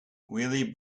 willy